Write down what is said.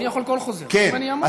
אני יכול כל חוזה, אם אני אעמוד, כן.